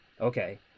okay